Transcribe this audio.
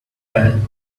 van